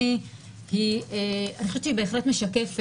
כמו שאתה הרגע אמרת,